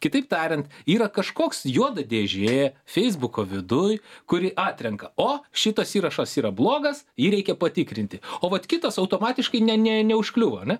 kitaip tariant yra kažkoks juoda dėžė feisbuko viduj kuri atrenka o šitas įrašas yra blogas jį reikia patikrinti o vat kitas automatiškai ne ne neužkliūva ane